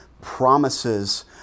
promises